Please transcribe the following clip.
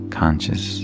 conscious